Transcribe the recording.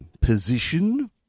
position